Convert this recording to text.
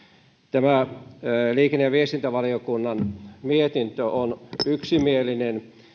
tämä liikenne ja viestintävaliokunnan mietintö on yksimielinen